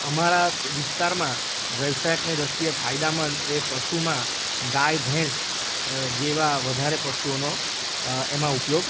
અમારા વિસ્તારમાં વ્યવસાયીકની દ્રષ્ટિએ ફાયદામંદ એ પશુમાં ગાય ભેંસ જેવા વધારે પશુઓનો એમાં ઉપયોગ